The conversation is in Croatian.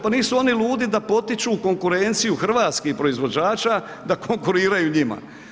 Pa nisu oni ludi da potiču konkurenciju hrvatskih proizvođača da konkuriraju njima.